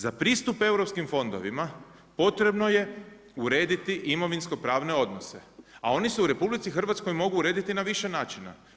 Za pristup europskim fondovima potrebno je urediti imovinsko pravne odnose a oni se u RH mogu urediti na više načina.